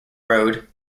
road